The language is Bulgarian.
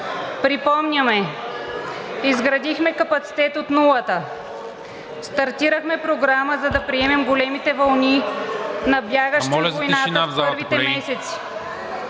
Припомняме, че изградихме капацитет от нулата, стартирахме програма, за да приемем големите вълни на бягащите от войната в първите месеци.